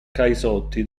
caisotti